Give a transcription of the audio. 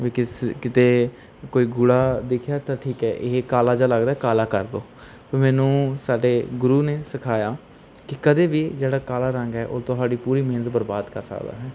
ਵੀ ਕਿਸ ਕਿਤੇ ਕੋਈ ਗੂੜ੍ਹਾ ਦਿਖਿਆ ਤਾਂ ਠੀਕ ਹੈ ਇਹ ਕਾਲਾ ਜਿਹਾ ਲੱਗਦਾ ਕਾਲਾ ਕਰ ਦਿਓ ਵੀ ਮੈਨੂੰ ਸਾਡੇ ਗੁਰੂ ਨੇ ਸਿਖਾਇਆ ਕਿ ਕਦੇ ਵੀ ਜਿਹੜਾ ਕਾਲਾ ਰੰਗ ਹੈ ਉਹ ਤੁਹਾਡੀ ਪੂਰੀ ਮਿਹਨਤ ਬਰਬਾਦ ਕਰ ਸਕਦਾ ਹੈ